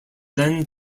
then